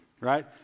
Right